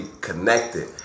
connected